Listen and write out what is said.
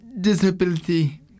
disability